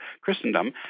Christendom